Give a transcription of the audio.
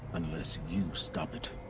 unless you stop it.